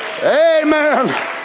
Amen